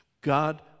God